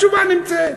התשובה נמצאת.